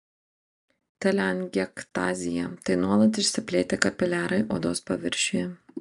teleangiektazija tai nuolat išsiplėtę kapiliarai odos paviršiuje